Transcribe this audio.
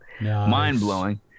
mind-blowing